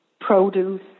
produce